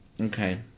Okay